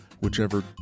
whichever